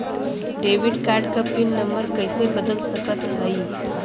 Debit card क pin number कइसे बदल सकत हई?